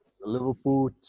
Liverpool